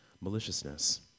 maliciousness